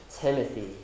Timothy